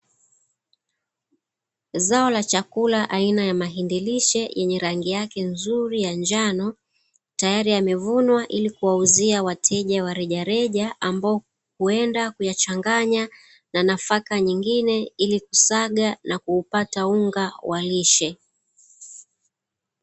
Zao la chakula aina ya mahindi lishe yenye rangi yake nzuri ya njano, tayari yamevunwa ili kuwauzia wateja wa rejereja ambao huenda kuyachanganya na nafaka zingine ili kusaga na kuupata unga wa lishe.